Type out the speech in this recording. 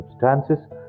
Substances